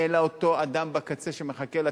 אלא אותו אדם בקצה שמחכה לטיפול,